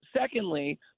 Secondly